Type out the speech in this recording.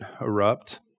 erupt